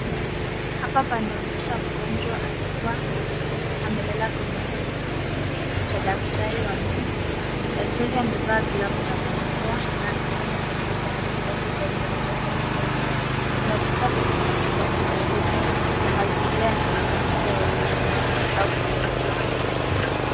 Hapa panaonyesha mgonjwa akiwa amelala kwenye kiti cha daktari wa meno. Daktari amevaa glavu na barakoa na anafanya uchunguzi wa matibabu ndani ya mdomo wa mgonjwa. Kuna vifaa vya matibabu karibu na mazingira yanaonekana kuwa ya zahanati au kliniki ya meno.